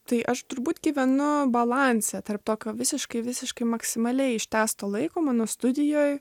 tai aš turbūt gyvenu balanse tarp tokio visiškai visiškai maksimaliai ištęsto laiko mano studijoj